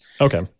Okay